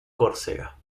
córcega